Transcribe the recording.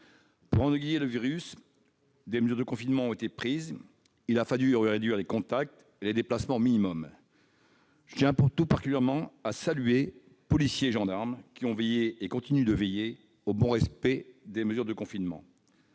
Pour endiguer le virus, des mesures de confinement ont été prises : il a fallu réduire les contacts et les déplacements au minimum. Je tiens tout particulièrement à saluer policiers et gendarmes, qui ont veillé et continuent de veiller au bon respect des mesures de confinement.